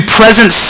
present